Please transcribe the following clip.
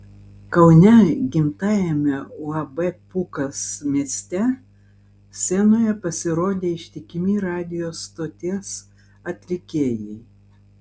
kaune gimtajame uab pūkas mieste scenoje pasirodė ištikimi radijo stoties atlikėjai